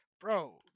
Bro